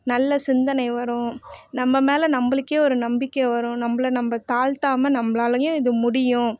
நல்ல சிந்தனை வரும் நம்ம மேலே நம்மளுக்கே ஒரு நம்பிக்கை வரும் நம்மள நம்ம தாழ்த்தாம நம்மளாலையும் இது முடியும்